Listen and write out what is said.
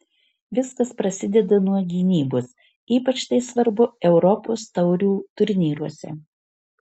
viskas prasideda nuo gynybos ypač tai svarbu europos taurių turnyruose